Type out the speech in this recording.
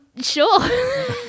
sure